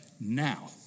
now